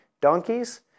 donkeys